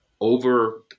over